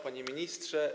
Panie Ministrze!